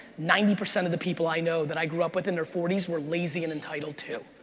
ninety percent of the people i know that i grew up with in their forty s were lazy and entitled too.